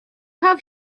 have